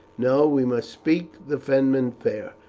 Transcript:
no, we must speak the fenmen fair,